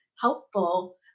helpful